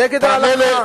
נגד ההלכה.